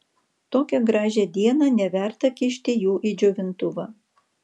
tokią gražią dieną neverta kišti jų į džiovintuvą